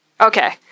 Okay